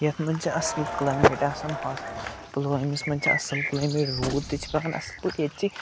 یَتھ منٛز چھِ اَصٕل کٕلایمیٹ آسان ہاس پُلوٲمِس منٛز چھِ آسان اَصٕل کٕلایمیٹ روٗد تہِ پٮ۪وان اَصٕل پٲٹھۍ ییٚتہِ